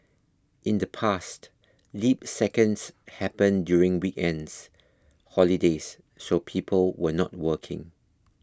in the past leap seconds happened during weekends holidays so people were not working